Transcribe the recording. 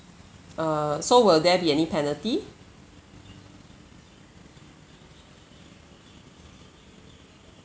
err so will there be any penalty